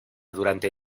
durante